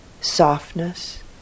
softness